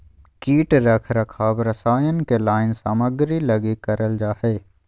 कीट रख रखाव रसायन के लाइन सामग्री लगी करल जा हइ